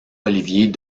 olivier